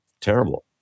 Terrible